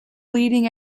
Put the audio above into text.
leading